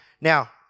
Now